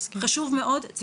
חשוב מאוד מוקד בריאות הנפש,